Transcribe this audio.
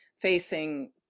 facing